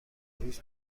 روز